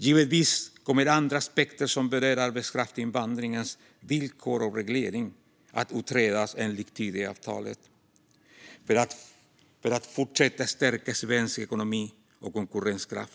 Givetvis kommer andra aspekter som berör arbetskraftsinvandringens villkor och reglering att utredas enligt Tidöavtalet, i syfte att fortsätta stärka svensk ekonomi och konkurrenskraft.